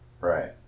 Right